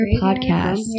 Podcast